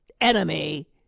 enemy